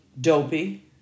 Dopey